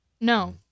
No